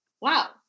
wow